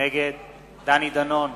נגד דני דנון,